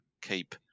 keep